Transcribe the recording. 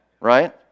right